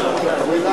הוראת שעה),